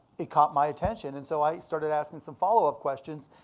it caught my attention. and so i started asking some followup questions.